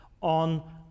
on